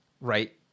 right